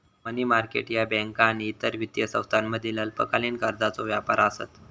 मनी market ह्या बँका आणि इतर वित्तीय संस्थांमधील अल्पकालीन कर्जाचो व्यापार आसत